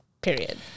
Period